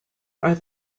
are